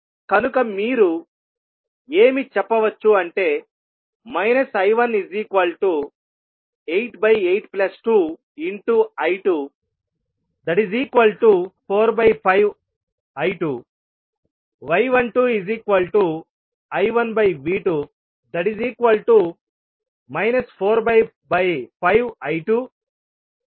కనుక మీరు ఏమి చెప్పవచ్చు అంటే I1882I245I2 y12I1V2 45I285I2 0